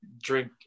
drink